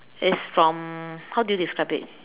is from how do you describe it